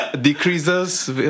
Decreases